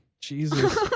Jesus